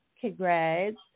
congrats